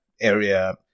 area